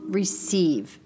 receive